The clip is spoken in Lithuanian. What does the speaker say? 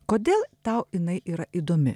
kodėl tau jinai yra įdomi